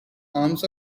arms